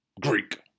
Greek